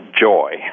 Joy